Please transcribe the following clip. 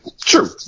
True